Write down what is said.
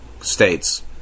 states